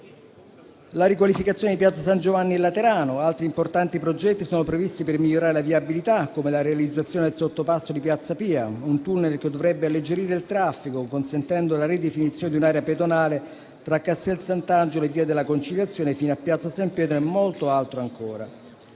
la riqualificazione di Piazza San Giovanni in Laterano; altri importanti progetti sono previsti per migliorare la viabilità, come la realizzazione del sottopasso di Piazza Pia, un tunnel che dovrebbe alleggerire il traffico, consentendo la ridefinizione di un'area pedonale tra Castel Sant'Angelo e via della Conciliazione fino a piazza San Pietro, e molto altro ancora.